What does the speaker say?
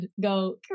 go